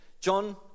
John